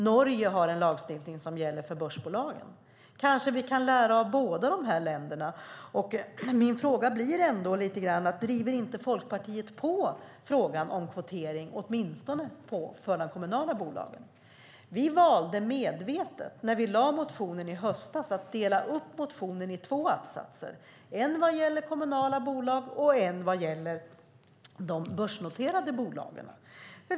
Norge har en lagstiftning som gäller för börsbolagen. Kanske vi kan lära av båda de här länderna. Min fråga blir: Driver inte Folkpartiet på frågan om kvotering åtminstone för de kommunala bolagen? Vi valde medvetet när vi lade fram motionen i höstas att dela upp motionen i två att-satser - en vad gäller kommunala bolag och en vad gäller de börsnoterade bolagen.